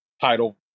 title